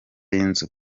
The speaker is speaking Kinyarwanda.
y’inzu